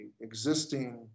existing